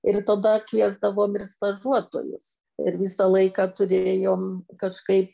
ir tada kviesdavom ir stažuotojus ir visą laiką turėjom kažkaip